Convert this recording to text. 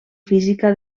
física